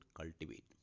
cultivate